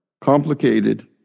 complicated